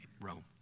Rome